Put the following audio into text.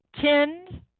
tend